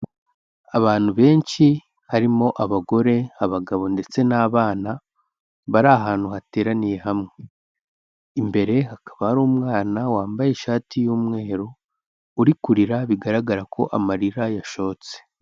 Abantu benshi harimo abagore abagabo ndetse n'abana bari ahantu hateraniye hamwe, imbere hakaba hari umwana wambaye ishati y'umweru uri kurira bigaragara ko amarira yashotse.